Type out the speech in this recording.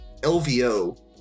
LVO